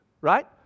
right